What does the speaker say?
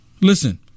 Listen